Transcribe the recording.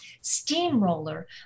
steamroller